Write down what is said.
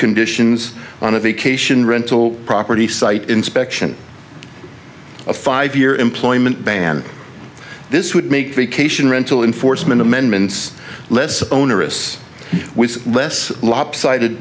conditions on a vacation rental property site inspection of five year employment ban this would make vacation rental enforcement amendments less onerous with less lopsided